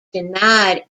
denied